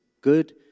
good